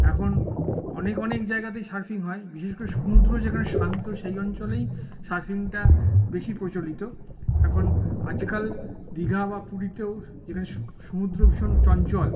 এখন অনেক অনেক জায়গাতেই সার্ফিং হয় বিশেষ করে সমুদ্র যেখানে শান্ত সেই অঞ্চলেই সার্ফিংটা বেশি প্রচলিত এখন আজকাল দীঘা বা পুরীতেও যেখানে সমুদ্র ভীষণ চঞ্চল